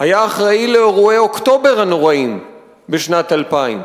היה אחראי לאירועי אוקטובר הנוראים בשנת 2000,